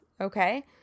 okay